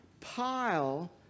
pile